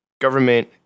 government